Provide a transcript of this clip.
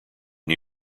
new